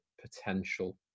potential